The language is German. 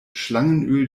schlangenöl